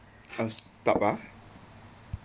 how stop ah